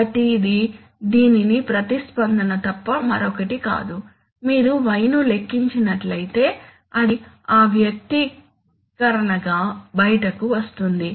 కాబట్టి ఇది దీనికి ప్రతిస్పందన తప్ప మరొకటి కాదు మీరు y ను లెక్కించినట్లయితే అది ఆ వ్యక్తీకరణగా బయటకు వస్తుంది